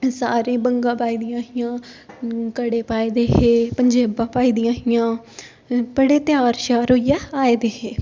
सारे बंगां पाई दियां कड़े पाए दे हे पंजेबां पाई दी हियां बड़े त्यार श्यार होइयै आए दे हे